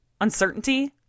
Uncertainty